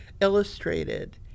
illustrated